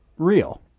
real